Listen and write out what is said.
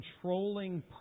controlling